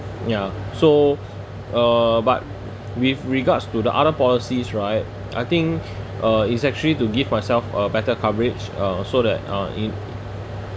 ya so uh but with regards to the other policies right I think uh it's actually to give myself a better coverage uh so that uh in